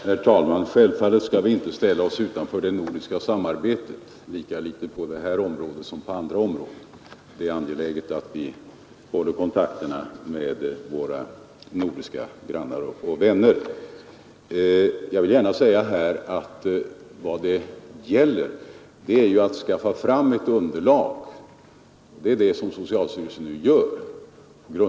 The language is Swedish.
Herr talman! Självfallet skall vi lika litet på det här området som på andra områden ställa oss utanför det nordiska samarbetet. Det är angeläget att vi håller kontakterna med våra nordiska grannar och vänner. Jag vill gärna säga att vad det här gäller är att skaffa fram ett underlag, och det är det socialstyrelsen nu gör.